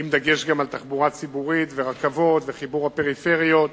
עם דגש גם על תחבורה ציבורית ורכבות וחיבור הפריפריות,